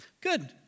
Good